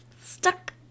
stuck